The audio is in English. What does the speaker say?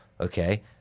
okay